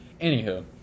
anywho